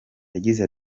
yagize